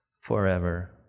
forever